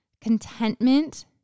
contentment